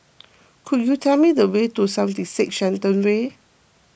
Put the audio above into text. could you tell me the way to seventy six Shenton Way